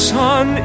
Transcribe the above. sun